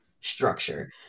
structure